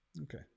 Okay